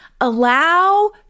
allow